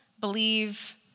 believe